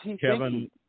Kevin